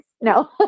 No